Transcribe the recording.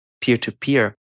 peer-to-peer